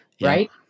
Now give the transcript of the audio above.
right